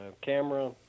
camera